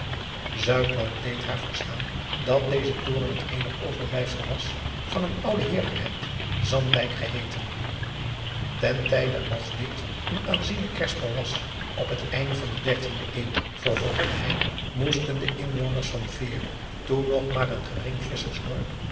deed haar verstaan dat deze toren het eenige overblijssel was van eene oude eerlijkheid andijk geheeten en tijde als dit een aanzienlijk kerspel was op het einde van de dertiende eeuw vervolgde hij moesten de inwoners van eere toen nog maar een gering visschersdorp